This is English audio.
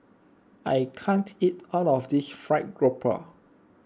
I can't eat all of this Fried Garoupa